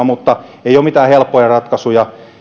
mutta ei ole mitään helppoja ratkaisuja